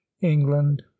england